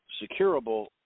securable